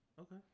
Okay